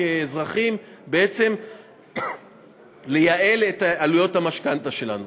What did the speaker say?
כאזרחים בעצם לייעל את עלויות המשכנתה שלנו.